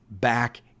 back